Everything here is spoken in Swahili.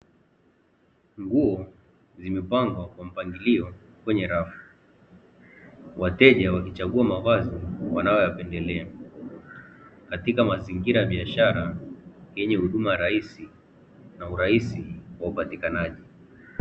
Nguo zimepangwa kwa mpangilio kwenye rafu, wateja wakichagua mavazi wanayoyapendelea katika mazingira ya biashara yenye huduma rahisi na urahisi wa upatikanaji.